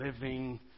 living